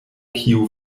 kiu